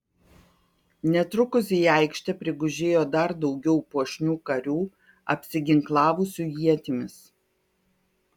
netrukus į aikštę prigužėjo dar daugiau puošnių karių apsiginklavusių ietimis